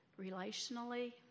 relationally